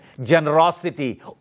generosity